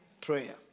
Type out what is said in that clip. Prayer